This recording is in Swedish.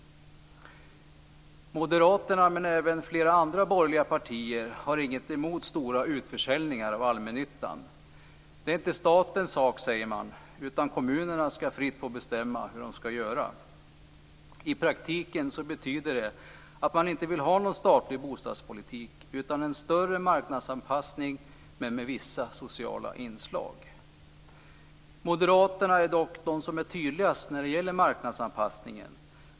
Moderaterna, men även flera andra borgerliga partier, har inget emot stora utförsäljningar av allmännyttan. Det är inte statens sak, säger man, utan kommunerna skall fritt få bestämma hur de skall göra. I praktiken betyder det att man inte vill ha någon statlig bostadspolitik, utan en större marknadsanpassning, men med vissa sociala inslag. Moderaterna är dock de som är tydligast när det gäller marknadsanpassningen.